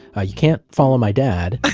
ah you cannot follow my dad.